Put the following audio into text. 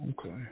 Okay